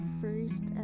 first